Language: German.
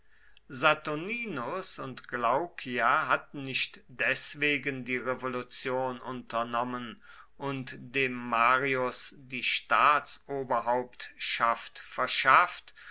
saturninus und glaucia hatten nicht deswegen die revolution unternommen und dem marius die staatsoberhauptschaft verschafft